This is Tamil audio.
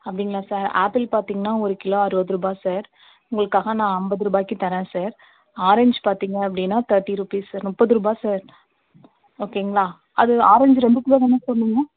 அப்படிங்களா சார் ஆப்பிள் பார்த்திங்கன்னா ஒரு கிலோ அறுபது ரூபா சார் உங்களுக்காக நான் அம்பது ரூபாக்கி தரேன் சார் ஆரஞ்சு பார்த்திங்க அப்படின்னா தேர்ட்டி ருப்பீஸ் வரும் முப்பதுருபா சார் ஓகேங்களா அது ஆரஞ்சு ரெண்டு கிலோ தானே சொன்னீங்க